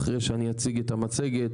אחרי שאני אציג את המצגת,